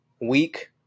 week